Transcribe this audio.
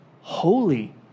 holy